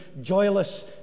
joyless